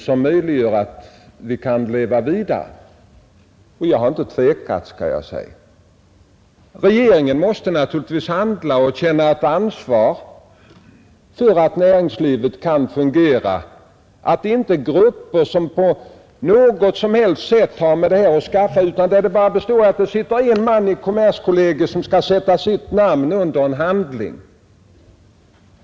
Jag vill säga att jag inte har tvekat att hjälpa. Regeringen måste naturligtvis handla och känna ett ansvar för att näringslivet kan fungera och att inte grupper som inte på något sätt är inblandade får sitta emellan därför att det saknas en man i kommerskollegium som skall sätta sitt namn under en handling.